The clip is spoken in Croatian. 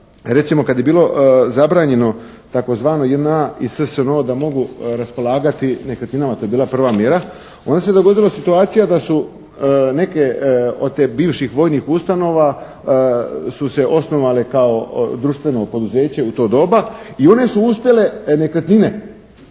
recimo kada je bilo zabranjeno tzv. JNA i SSNO da mogu raspolagati nekretninama, to je bila prva mjera, onda se dogodila situacija da su neke od tih bivših vojnih ustanova su se osnovale kao društveno poduzeće u to doba i one su uspjele nekretnine